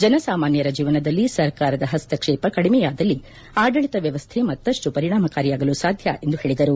ಜನಸಾಮಾನ್ಯರ ಜೀವನದಲ್ಲಿ ಸರ್ಕಾರದ ಪಸ್ತಕ್ಷೇಪ ಕಡಿಮೆಯಾದಲ್ಲಿ ಆಡಳಿತ ವ್ಯವಸ್ಥೆ ಮತ್ತಷ್ಟು ಪರಿಣಾಮಕಾರಿಯಾಗಲು ಸಾಧ್ಯ ಎಂದು ಹೇಳಿದರು